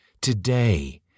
Today